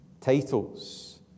titles